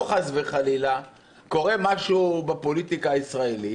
חס וחלילה, קורה משהו בפוליטיקה הישראלית,